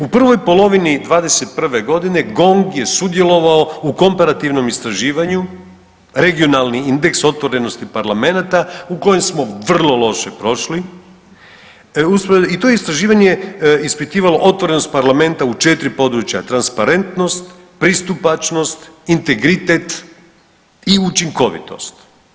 U prvoj polovini '21.g. GONG je sudjelovao u komparativnom istraživanju, regionalni indeks otvorenosti parlamenata u kojem smo vrlo loše prošli i to istraživanje je ispitivalo otvorenost parlamenta u 4 područja, transparentnost, pristupačnost, integritet i učinkovitost.